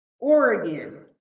Oregon